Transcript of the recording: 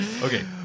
Okay